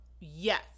yes